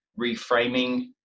reframing